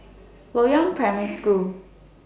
Loyang Primary School